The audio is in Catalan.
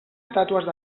estàtues